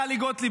טלי גוטליב,